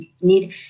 need